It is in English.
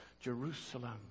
Jerusalem